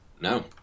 No